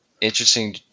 interesting